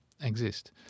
exist